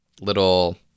little